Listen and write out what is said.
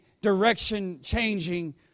direction-changing